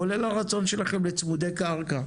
כולל הרצון שלכם לצמודי קרקע.